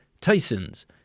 Tyson's